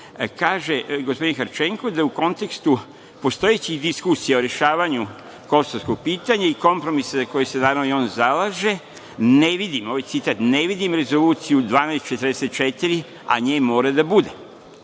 Kaže, gospodin Harčenko, da u kontekstu postojećih diskusija o rešavanju kosovskog pitanja i kompromisa za koji se naravno i on zalaže, ne vidim Rezoluciju, a ovo je citat, ne vidim Rezoluciju 1244, a nje mora da bude.